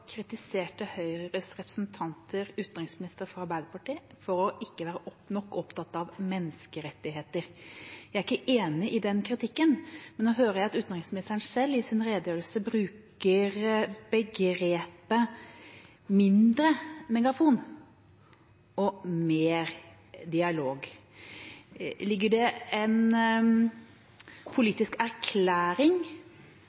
å være nok opptatt av menneskerettigheter. Jeg er ikke enig i den kritikken. Men nå hører jeg at utenriksministeren selv i sin redegjørelse bruker begrepet «mer dialog og mindre megafon». Ligger det en